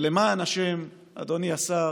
ולמען השם, אדוני השר,